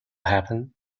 happen